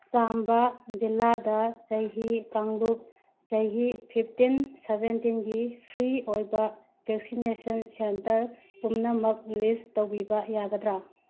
ꯆꯥꯝꯕꯥ ꯖꯤꯂꯥꯗ ꯆꯍꯤ ꯀꯥꯡꯂꯨꯞ ꯆꯍꯤ ꯐꯤꯞꯇꯤꯟ ꯁꯕꯦꯟꯇꯤꯟꯒꯤ ꯐ꯭ꯔꯤ ꯑꯣꯏꯕ ꯕꯦꯛꯁꯤꯅꯦꯁꯟ ꯁꯦꯟꯇꯔ ꯄꯨꯝꯅꯃꯛ ꯂꯤꯁ ꯇꯧꯕꯤꯕ ꯌꯥꯒꯗ꯭ꯔꯥ